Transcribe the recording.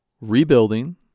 rebuilding